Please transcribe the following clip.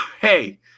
Hey